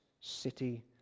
city